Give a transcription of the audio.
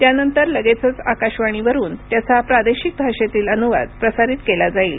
त्यानंतर लगेचच आकाशवाणीवरुन त्याचा प्रादेशिक भाषेतील अनुवाद प्रसारित केला जाईल